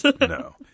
No